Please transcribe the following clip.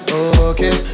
okay